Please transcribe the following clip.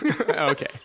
Okay